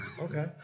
Okay